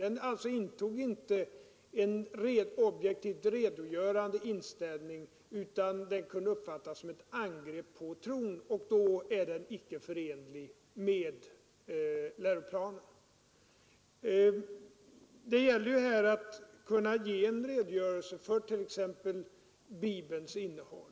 Den intog alltså inte en rent objektivt redogörande inställning till kristendomsämnet, utan inställningen kunde uppfattas som ett angrepp på tron, och därmed var den icke förenlig med läroplanen. Det gäller att kunna ge en redogörelse för t.ex. Bibelns innehåll.